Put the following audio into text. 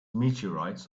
meteorites